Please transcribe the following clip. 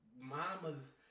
mamas